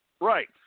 Right